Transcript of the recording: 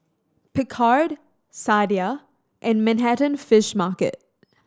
Picard Sadia and Manhattan Fish Market